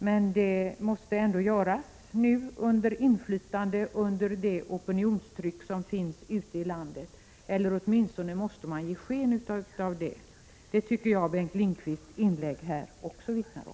Men det måste ändå göras nu, under inflytande av det opinionstryck som finns ute i landet; åtminstone måste man ge sken av det. Det tycker jag Bengt Lindqvists inlägg här också vittnar om.